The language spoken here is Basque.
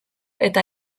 eta